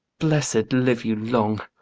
blessed live you long,